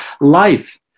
life